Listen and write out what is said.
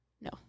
No